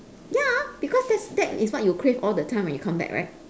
ya because that's that is what you crave all the time when you come back right